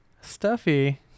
stuffy